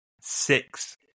six